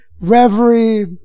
Reverie